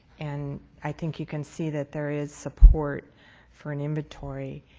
and i think you can see that there is support for an inventory,